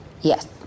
Yes